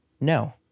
No